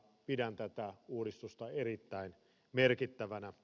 pidän tätä uudistusta erittäin merkittävänä